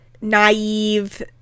naive